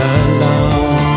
alone